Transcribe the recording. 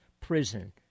prison